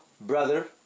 brother